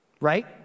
Right